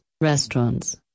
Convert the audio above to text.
restaurants